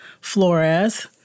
Flores